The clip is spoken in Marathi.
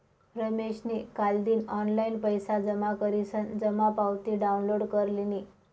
रमेशनी कालदिन ऑनलाईन पैसा जमा करीसन जमा पावती डाउनलोड कर लिनी